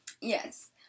Yes